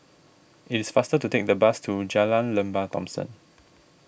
it is faster to take the bus to Jalan Lembah Thomson